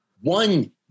One